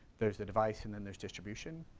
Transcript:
there's the device and then there's distribution.